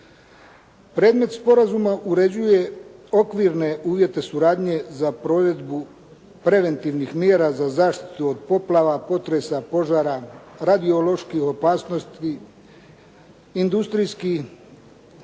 Predmet sporazuma uređuje okvirne uvjete suradnje za provedbu preventivnih mjera za zaštitu od poplava, potresa, požara, radioloških opasnosti, industrijskih